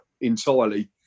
entirely